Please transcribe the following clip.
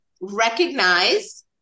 recognize